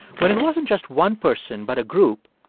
when it wasn't just one person but a group,